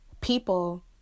people